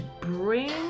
Bring